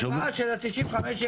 על ההלוואה של ה-95,000,